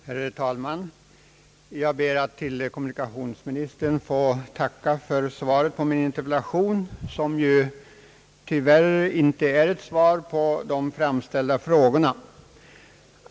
Herr talman! Jag ber att få tacka kommunikationsministern för svaret på min interpellation — men tyvärr var det inte ett svar på de framställda frågorna.